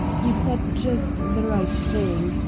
you said just the right thing.